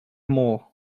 more